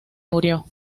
murió